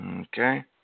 Okay